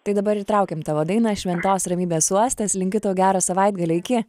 tai dabar įtraukim tavo dainą šventos ramybės uostas linkiu tau gero savaitgalio iki